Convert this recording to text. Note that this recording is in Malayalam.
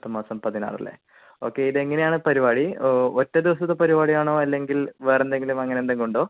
അടുത്തമാസം പതിനാറല്ലേ ഓക്കേ ഇതെങ്ങനെയാണ് പരിപാടി ഒറ്റ ദിവസത്തെ പരിപാടിയാണോ അല്ലെങ്കിൽ വേറെന്തെങ്കിലും അങ്ങനെയെന്തെങ്കിലുമുണ്ടോ